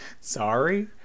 Sorry